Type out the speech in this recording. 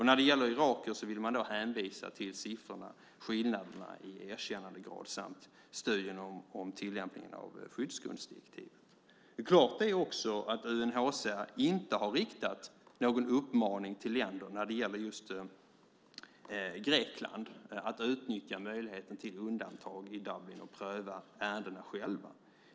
När det gäller irakier vill man hänvisa till siffrorna, skillnaderna i erkännandegrad samt studien om tillämpningen av skyddsgrundsdirektivet. Klart är också att UNHCR inte har riktat någon uppmaning till länder att utnyttja möjligheten till undantag i Dublinkonventionen när det gäller just Grekland och pröva ärendena själva.